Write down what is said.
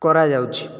କରାଯାଉଛି